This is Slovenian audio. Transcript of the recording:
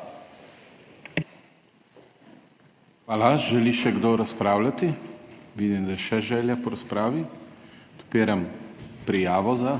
KRIVEC: Hvala. Želi še kdo razpravljati? Vidim, da je še želja po razpravi. Odpiram prijavo za